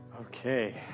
Okay